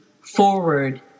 forward